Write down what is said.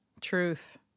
truth